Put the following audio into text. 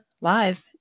live